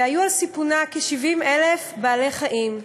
והיו על סיפונה כ-70,000 בעלי-חיים,